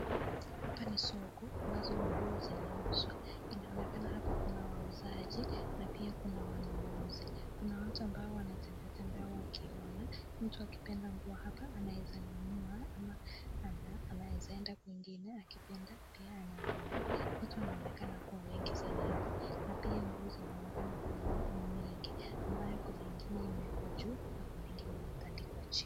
Hapa ni soko ambazo nguo zinauswa inaonekana hapa kuna wauzaji na pia kuna wanunuzi, Kuna watu ambao wanatembeatembea wakiona mtu akipenda nguo hapa anaweza nunua ama anaweza enda kwingine akipenda pia anaweza nunua, Watu wanaoneka kuwa wengi sana hapa na pia nguo zinaoneka kuwa mingi ambayo kuna ingine imewekwa juu na kuna ingine imetandikwa chini.